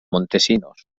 montesinos